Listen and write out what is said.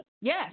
Yes